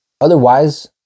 Otherwise